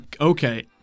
Okay